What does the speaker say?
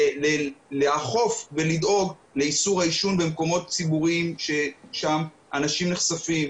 לאכוף ולדאוג לאיסור העישון במקומות ציבוריים שם אנשים נחשפים,